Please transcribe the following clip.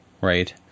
right